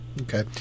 Okay